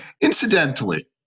incidentally